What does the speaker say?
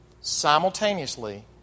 simultaneously